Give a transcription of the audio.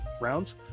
rounds